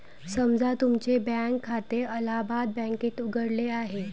समजा तुमचे बँक खाते अलाहाबाद बँकेत उघडले आहे